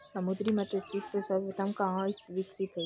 समुद्री मत्स्यिकी सर्वप्रथम कहां विकसित हुई?